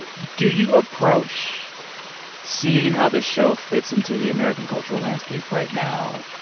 ah do you approach seeing how this show fits into the american cultural landscape right now,